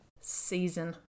season